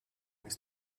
ist